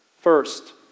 First